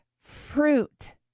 fruit